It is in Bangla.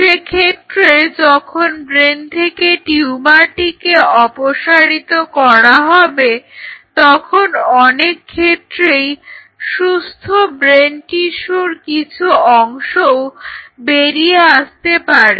সেক্ষেত্রে যখন ব্রেন থেকে টিউমারটিকে অপসারিত করা হবে তখন অনেক ক্ষেত্রেই সুস্থ ব্রেন টিস্যুর কিছু অংশও বেরিয়ে আসতে পারে